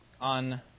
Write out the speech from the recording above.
on